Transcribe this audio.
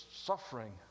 suffering